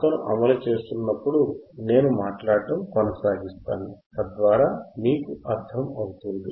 అతను అమలు చేస్తున్నప్పుడు నేను మాట్లాడటం కొనసాగిస్తాను తద్వారా మీకు అర్థం అవుతుంది